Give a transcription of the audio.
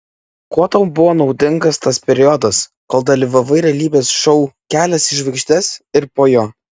kuo tau buvo naudingas tas periodas kol dalyvavai realybės šou kelias į žvaigždes ir po jo